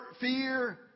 fear